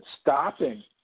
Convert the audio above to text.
stopping